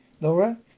Laura